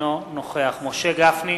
אינו נוכח משה גפני,